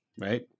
right